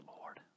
Lord